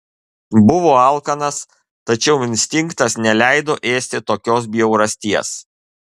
buvo alkanas tačiau instinktas neleido ėsti tokios bjaurasties